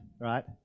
right